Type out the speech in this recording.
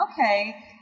okay